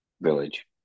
Village